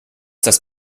das